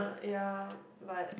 ya but